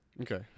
Okay